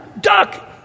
Duck